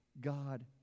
God